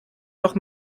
noch